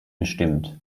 bestimmt